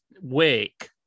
wake